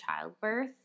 childbirth